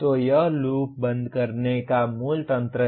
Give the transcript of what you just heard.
तो यह लूप बंद करने का मूल तंत्र है